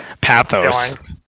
pathos